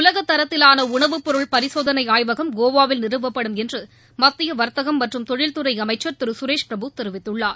உலகத் தரத்திலான உணவுப் பொருள் பரிசோதனை ஆய்வகம் கோவாவில் நிறுவப்படும் என்று மத்திய வர்த்தகம் மற்றும் தொழில்துறை அமைச்சர் திரு சுரேஷ் பிரபு தெரிவித்துள்ளார்